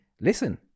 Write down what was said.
Listen